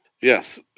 Yes